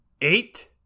eight